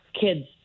kids